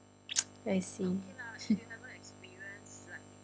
I see